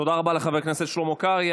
תודה רבה לחבר הכנסת שלמה קרעי.